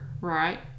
right